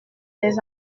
des